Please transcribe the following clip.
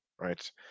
right